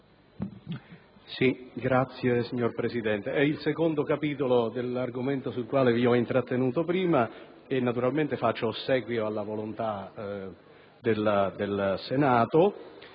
*(PdL)*. Signor Presidente, siamo al secondo capitolo dell'argomento sul quale vi ho intrattenuto prima. Naturalmente faccio ossequio alla volontà del Senato,